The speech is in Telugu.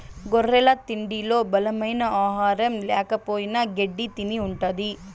గొర్రెల తిండిలో బలమైన ఆహారం ల్యాకపోయిన గెడ్డి తిని ఉంటది